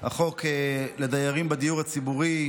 החוק לדיירים בדיור הציבורי,